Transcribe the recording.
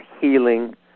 healing